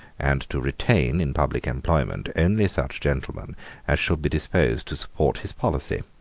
and to retain in public employment only such gentlemen as should be disposed to support his policy.